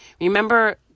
Remember